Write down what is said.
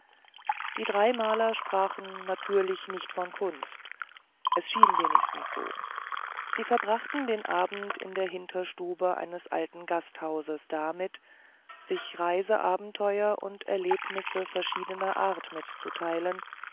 die drei maler sprachen natürlich nicht von kunst es schien wenigstens so sie verbrachten den abend in der hinterstube eines alten gasthauses damit sich reiseabenteuer und erlebnisse verschiedener art mitzuteilen